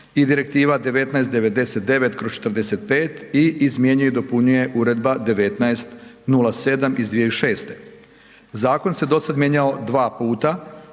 i Direktiva 1999/45 EZ i izmjenjuje i dopunjuje Uredba br. 1907/2006. Zakon se dosad mijenjao dva puta